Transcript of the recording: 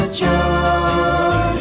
joy